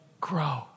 grow